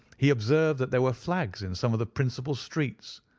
he observed that there were flags in some of the principal streets,